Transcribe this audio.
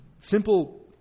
Simple